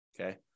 Okay